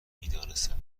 میدانستم